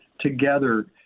together